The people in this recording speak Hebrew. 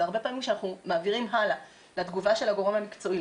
הרבה פעמים כשאנחנו מעבירים הלאה לתגובה של הגורם המקצועי,